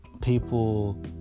people